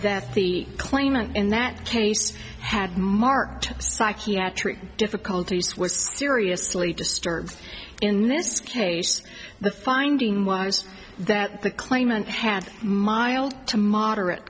that the claimant in that case had marked psychiatric difficulties was seriously disturbed in this case the finding was that the claimant had mild to moderate